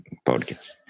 podcast